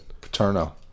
Paterno